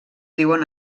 diuen